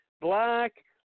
black